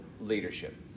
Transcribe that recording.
leadership